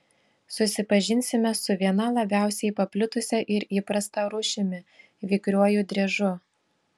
susipažinsime su viena labiausiai paplitusia ir įprasta rūšimi vikriuoju driežu